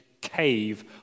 cave